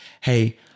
hey